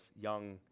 young